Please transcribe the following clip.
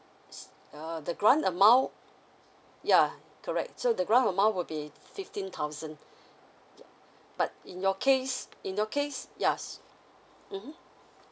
s~ uh the grant amount yeah correct so the grant amount will be fifteen thousand yeah but in your case in your case yeah mmhmm